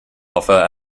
offer